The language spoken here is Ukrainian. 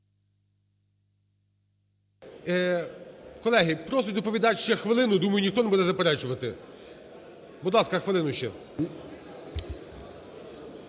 Колеги, просить доповідач ще хвилину. Думаю, ніхто не буде заперечувати? Будь ласка, хвилину ще.